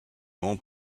won’t